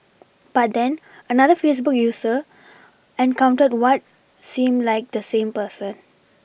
but then another Facebook user encountered what seemed like the same person